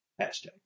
hashtag